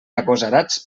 agosarats